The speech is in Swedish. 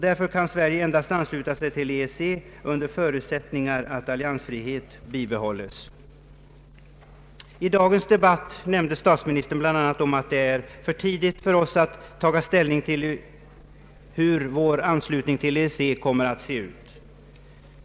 Därför kan Sverige endast ansluta sig till EEC under förutsättningen att alliansfrihet bibehålles. I dagens debatt nämnde statsministern bl.a. att det är för tidigt för oss att taga ställning till hur vår anslutning till EEC kommer att se ut.